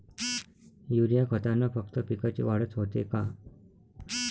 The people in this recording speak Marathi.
युरीया खतानं फक्त पिकाची वाढच होते का?